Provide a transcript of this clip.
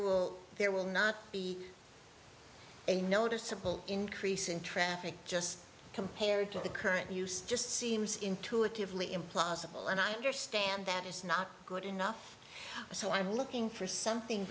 will there will not be a noticeable increase in traffic just compared to the current use just seems intuitively implausible and i understand that is not good enough so i'm looking for something